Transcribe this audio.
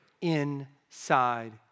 inside